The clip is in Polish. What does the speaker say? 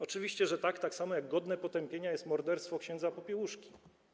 Oczywiście, że tak, tak samo jak godne potępienia jest morderstwo ks. Popiełuszki.